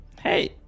Hey